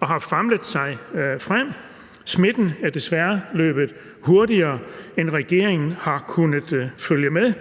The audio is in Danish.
og har famlet sig frem. Smitten er desværre løbet hurtigere, end regeringen har kunnet følge med.